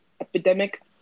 epidemic